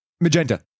Magenta